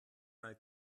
mal